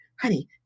Honey